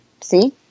see